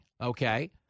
okay